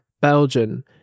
Belgian